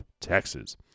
Texas